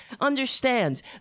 understands